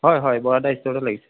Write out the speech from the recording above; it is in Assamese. হয় হয় বৰাদা ষ্ট'ৰতে লাগিছে